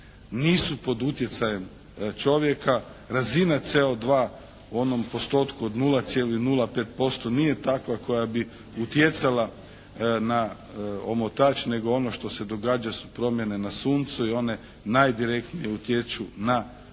nisu pod utjecajem čovjeka, razina CO2 u onom postotku od 0,05% nije takva koja bi utjecala na omotač nego ono što se događa su promjene na suncu i one najdirektnije utječu na promjene